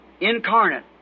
incarnate